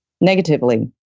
negatively